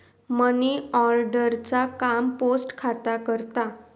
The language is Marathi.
मनीऑर्डर चा काम पोस्ट खाता करता